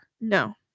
No